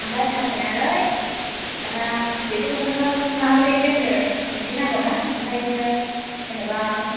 ओमफ्राय खाथेनानै दाना बेखौथ' नोङो माबोरै दोननो बिदि नांगौना ओमफ्राय नोङो जेनेबा